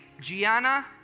Gianna